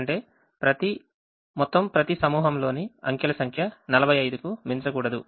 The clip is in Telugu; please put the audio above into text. అంటే మొత్తం ప్రతి సమూహంలోని అంకెల సంఖ్య 45 కు మించకూడదు